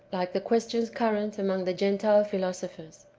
like the questions current among the gentile philosophers.